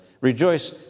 Rejoice